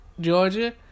Georgia